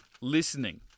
listening